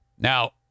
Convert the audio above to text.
Now